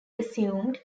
assumed